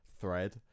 thread